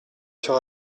sur